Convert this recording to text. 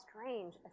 strange